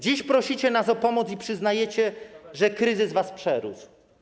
Dziś prosicie nas o pomoc i przyznajecie, że kryzys was przerósł.